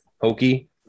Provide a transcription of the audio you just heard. hokey